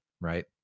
Right